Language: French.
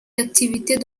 activités